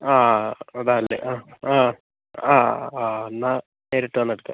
ആ അതാണല്ലേ ആ ആ ആ എന്നാൽ നേരിട്ട് വന്നെടുക്കാം